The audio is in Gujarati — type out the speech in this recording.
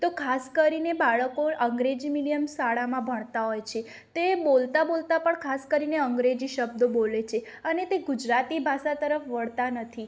તો ખાસ કરીને બાળકો અંગ્રેજી મીડિયમ શાળામાં ભણતાં હોય છે તે બોલતાં બોલતાં પણ ખાસ કરીને અંગ્રેજી શબ્દો બોલે છે અને તે ગુજરાતી ભાષા તરફ વળતાં નથી